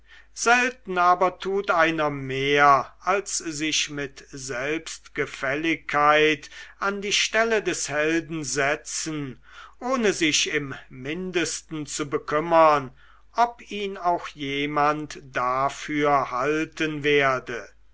selten aber tut einer mehr als sich mit selbstgefälligkeit an die stelle des helden setzen ohne sich im mindesten zu bekümmern ob ihn auch jemand dafür halten werde